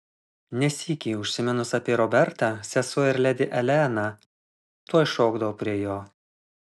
ne sykį užsiminus apie robertą sesuo ir ledi elena tuoj šokdavo prie jo